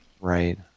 Right